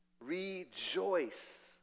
Rejoice